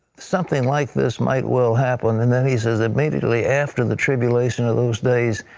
something like this might well happen. and then he says immediately after the tribulation of those days,